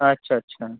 আচ্ছা আচ্ছা